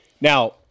Now